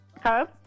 Hello